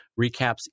recaps